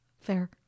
fair